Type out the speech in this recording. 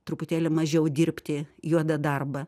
truputėlį mažiau dirbti juodą darbą